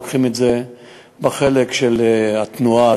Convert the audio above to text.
לוקחים את זה בחלק של התנועה,